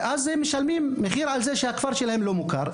אז הם משלמים מחיר על זה שהישוב שלהם לא מוכר,